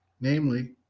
namely